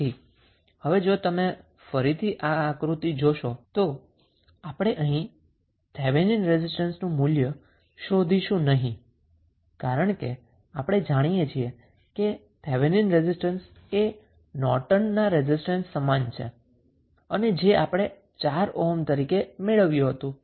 તેથી હવે જો તમે ફરીથી આકૃતિ જોશો તો આપણે અહીં થેવેનિન રેઝિસ્ટન્સનું મૂલ્ય શોધીશું નહીં કારણ કે આપણે જાણીએ છીએ કે થેવેનિન રેઝિસ્ટન્સ એ નોર્ટનના રેઝિસ્ટન્સની સમાન છે અને જે આપણે 4 ઓહ્મ તરીકે મેળવ્યું હતું